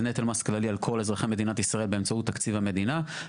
נטל מס כללי על כל אזרחי מדינת ישראל באמצעות תקציב המדינה,